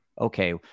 okay